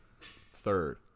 third